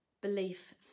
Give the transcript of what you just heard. belief